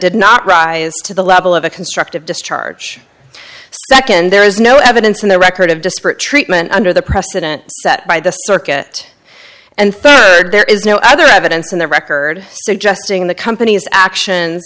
did not rise to the level of a constructive discharge second there is no evidence in the record of disparate treatment under the precedent set by the circuit and third there is no other evidence in the record suggesting the company's actions